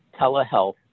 telehealth